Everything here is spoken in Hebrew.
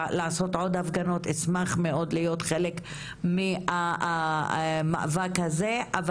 לקיים עוד הפגנות מהסוג הזה אני אשמח מאוד להיות חלק מהמאבק הזה.